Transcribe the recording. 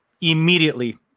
immediately